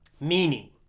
meaning